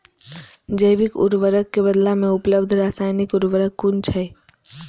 जैविक उर्वरक के बदला में उपलब्ध रासायानिक उर्वरक कुन छै?